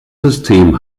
system